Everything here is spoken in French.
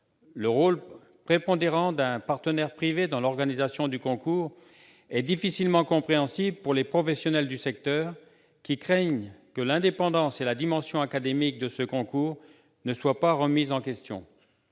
le rôle prépondérant joué par un partenaire privé dans leur organisation est difficilement compréhensible pour les professionnels du secteur, qui craignent que l'indépendance et la dimension académique de ces concours ne soient remises en question.